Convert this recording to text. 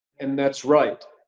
and that's right.